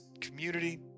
community